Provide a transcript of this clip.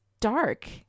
dark